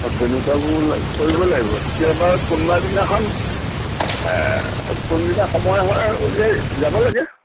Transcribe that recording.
তেনেকুৱাবোৰ কৰিব লাগিব কেতিয়াবা কোনোবা দিনাখন কোনদিনা সময় হয় আৰু উলিয়াই যাব লাগে